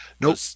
Nope